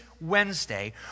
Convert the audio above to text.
Wednesday